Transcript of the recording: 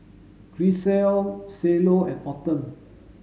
Grisel Cielo and Autumn